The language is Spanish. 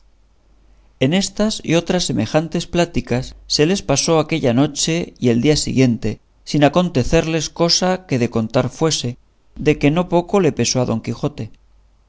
en estas y otras semejantes pláticas se les pasó aquella noche y el día siguiente sin acontecerles cosa que de contar fuese de que no poco le pesó a don quijote